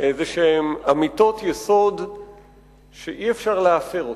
אמיתות יסוד שאי-אפשר להפר אותן,